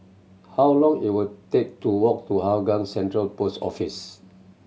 how long it will take to walk to Hougang Central Post Office